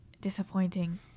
disappointing